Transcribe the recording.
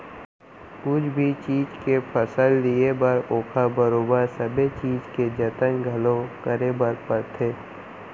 कुछु भी चीज के फसल लिये बर ओकर बरोबर सबे चीज के जतन घलौ करे बर परथे